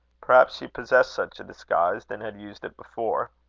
perhaps she possessed such a disguise, and had used it before.